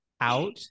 out